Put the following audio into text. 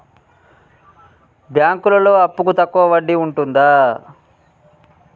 బ్యాంకులలో అప్పుకు తక్కువ వడ్డీ ఉంటదా?